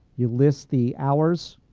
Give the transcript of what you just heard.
you list the hours,